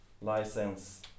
License